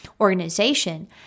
organization